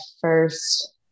first